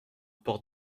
porte